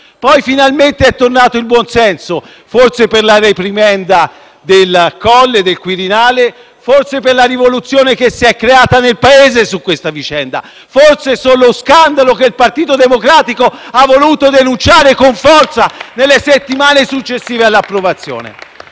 Poi, finalmente, è tornato il buonsenso, forse per la reprimenda del Quirinale, forse per la rivoluzione che si è creata nel Paese sulla vicenda; forse per lo scandalo che il Partito Democratico ha voluto denunciare con forza nelle settimane successive all'approvazione.